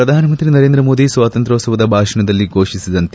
ಪ್ರಧಾನಮಂತ್ರಿ ನರೇಂದ್ರಮೋದಿ ಸ್ವಾತಂತ್ರ್ಯೋತ್ಸವ ಭಾಷಣದಲ್ಲಿ ಘೋಷಿಸಿದಂತೆ